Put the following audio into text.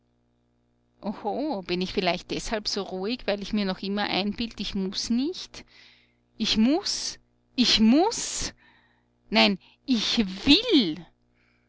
bin ich vielleicht deshalb so ruhig weil ich mir noch immer einbild ich muß nicht ich muß ich muß nein ich will